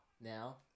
now